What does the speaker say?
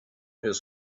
his